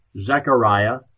Zechariah